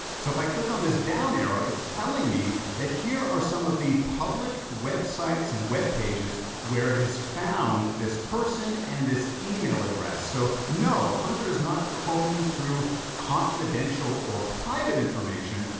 so if i click on this down arrow, it's telling me, that here are some of the public websites and webpages, where it has found this person, and this email address. so no, hunter is not combing through confidential, or private information.